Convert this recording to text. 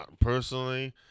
personally